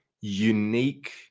unique